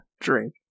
Drink